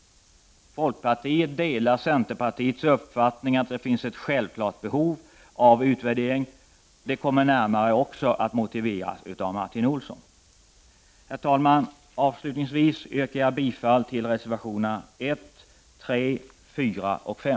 Folkpartiet delar centerpartiets uppfattning att det finns ett självklart behov av utvärdering. Detta kommer närmare att motiveras av Martin Olsson. Herr talman! Avslutningsvis yrkar jag bifall till reservationerna 1, 3, 4 och 5.